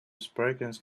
sprinkles